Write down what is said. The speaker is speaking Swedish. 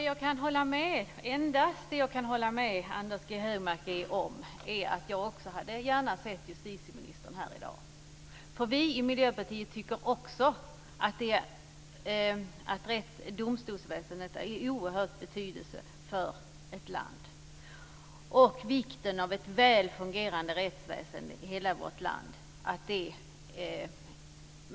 Herr talman! Det enda jag kan hålla med Anders G Högmark om är att också jag gärna hade sett justitieministern här i dag. Vi i Miljöpartiet tycker också att domstolsväsendet har oerhört stor betydelse för ett land och att det är viktigt med ett väl fungerande rättsväsende i hela vårt land.